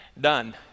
done